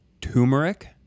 Turmeric